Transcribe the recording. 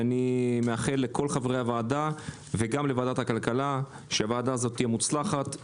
אני מאחל לכל חברי הוועדה ולוועדת הכלכלה שהוועדה הזו תהיה מוצלחת,